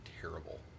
terrible